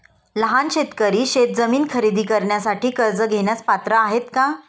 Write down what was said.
लहान शेतकरी शेतजमीन खरेदी करण्यासाठी कर्ज घेण्यास पात्र आहेत का?